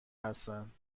هستند